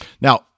now